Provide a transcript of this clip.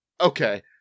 Okay